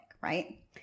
right